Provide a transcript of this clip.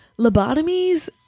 Lobotomies